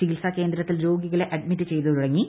ചികിത്സാകേന്ദ്രത്തിൽ രോഗികളെ അഡ്മിറ്റ് ചെയ്തുതുടങ്ങി